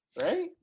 right